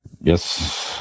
Yes